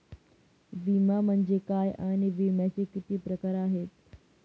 विमा म्हणजे काय आणि विम्याचे किती प्रकार आहेत?